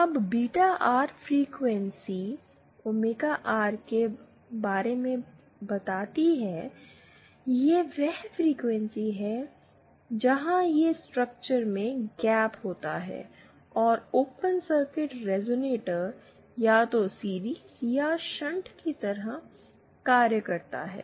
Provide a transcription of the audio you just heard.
अब beta R frequency omega R के बारे में बताती है यह वह फ्रीक्वेंसी है जहां इस स्ट्रक्चर में गैप होता है और ओपन सर्किट रेज़ोनेटर या तो सीरिज़ या शंट रेज़ोनेटर की तरह कार्य करता है